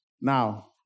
Now